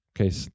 Okay